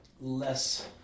less